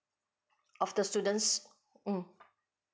of the students